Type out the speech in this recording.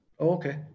okay